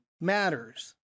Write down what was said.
matters